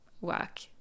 work